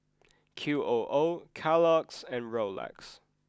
Q O O Kellogg's and Rolex